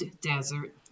desert